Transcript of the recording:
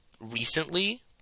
recently